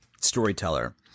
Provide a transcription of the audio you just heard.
storyteller